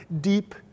deep